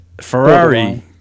Ferrari